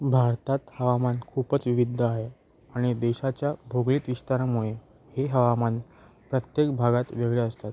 भारतात हवामान खूपच विविध आहे आणि देशाच्या भौगोलिक विस्तारामुळे हे हवामान प्रत्येक भागात वेगळे असतात